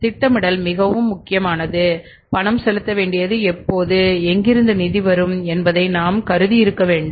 எனவே திட்டமிடல் மிகவும் முக்கியமானது பணம் செலுத்த வேண்டியது எப்போது எங்கிருந்து நிதி வரும் என்பதை நாம் கருதி இருக்க வேண்டும்